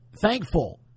thankful